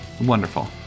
Wonderful